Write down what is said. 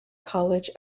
college